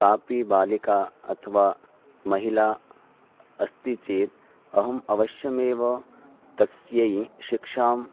कापि बालिका अथवा महिला अस्ति चेत् अहम् अवश्यमेव तस्यै शिक्षाम्